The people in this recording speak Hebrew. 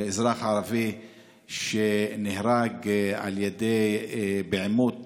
ערבי שנהרג בעימות